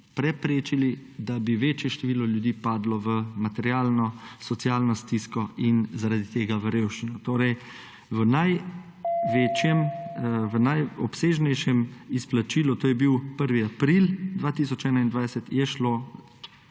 preprečili, da bi večje število ljudi padlo v materialno, socialno stisko in zaradi tega v revščino. Torej, v največjem, v najobsežnejšem izplačilu, to je bilo 1. april 2021, je šlo